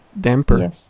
damper